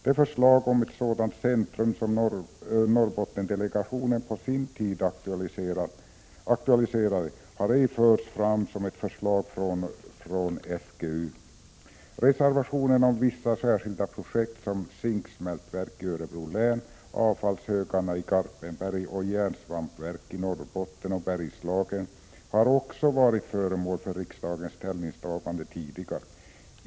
Det förslag om ett sådant centrum som Norrbottendelegationen på sin tid aktualiserade har ej förts fram som ett förslag från SGU. Reservationerna om vissa särskilda projekt såsom zinksmältverk i Örebro län, avfallshögarna i Garpenberg och järnsvampverk i Norrbotten och Bergslagen har också varit föremål för riksdagens ställningstagande tidigare.